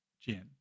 Jin